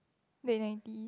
vanity